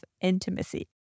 intimacy